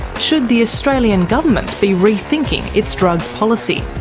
should the australian government be rethinking its drugs policy?